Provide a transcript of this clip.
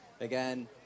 Again